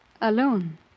Alone